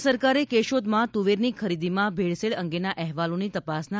રાજ્ય સરકારે કેશોદમાં તુવેરની ખરીદીમાં ભેળસેળ અંગેના અહેવાલોની તપાસના